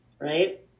right